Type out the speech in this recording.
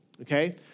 okay